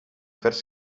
vers